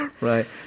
Right